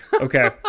okay